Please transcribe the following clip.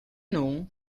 know